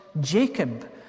Jacob